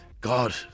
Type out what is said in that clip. God